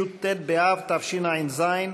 י"ט באב תשע"ז,